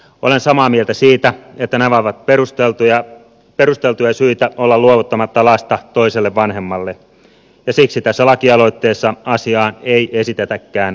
olen samaa mieltä siitä että nämä ovat perusteltuja syitä olla luovuttamatta lasta toiselle vanhemmalle ja siksi tässä lakialoitteessa asiaan ei esitetäkään muutosta